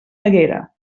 haguera